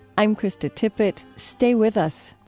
i'm krista tippett. stay with us.